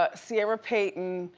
ah ciera payton,